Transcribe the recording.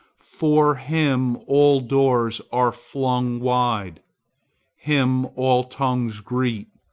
for him all doors are flung wide him all tongues greet,